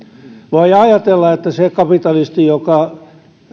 voi ajatella että se kapitalisti joka